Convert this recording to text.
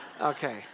Okay